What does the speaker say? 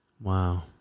Wow